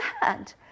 hand